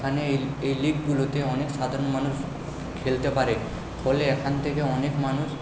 এখানে অনেক সাধারণ মানুষ খেলতে পারে ফলে এখান থেকে অনেক মানুষ